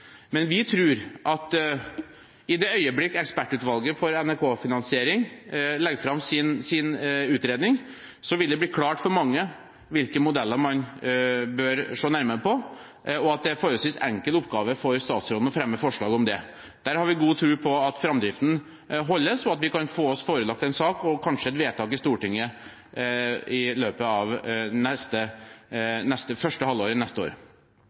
Men vi tror at i det øyeblikk ekspertutvalget for NRK-finansiering legger fram sin utredning, vil det bli klart for mange hvilke modeller man bør se nærmere på, og at det er en forholdsvis enkel oppgave for statsråden å fremme forslag om det. Der har vi god tro på at framdriften holdes, og at vi kan få oss forelagt en sak og kanskje et vedtak i Stortinget i løpet av første halvår neste år.